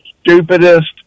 stupidest